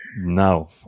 No